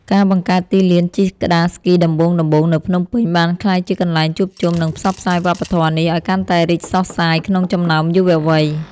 ការបង្កើតទីលានជិះក្ដារស្គីដំបូងៗនៅភ្នំពេញ បានក្លាយជាកន្លែងជួបជុំ និងផ្សព្វផ្សាយវប្បធម៌នេះឱ្យកាន់តែរីកសុះសាយក្នុងចំណោមយុវវ័យ។